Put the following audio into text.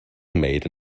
made